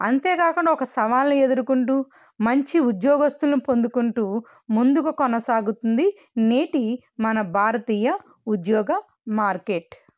అంతేకాకుండా ఒక సవాల్ని ఎదురుకుంటూ మంచి ఉద్యోగస్తులు పొందుకొంటూ ముందుకు కొనసాగుతుంది నేటి మన భారతీయ ఉద్యోగ మార్కెట్